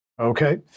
Okay